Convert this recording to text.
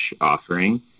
offering